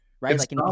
right